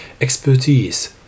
expertise